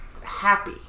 happy